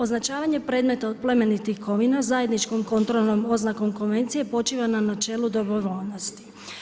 Označavanje predmeta od plemenitih kovina zajedničkom kontrolnom oznakom konvencije počiva na načelu dobrovoljnosti.